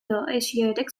asiatic